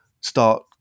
start